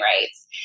rights